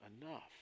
enough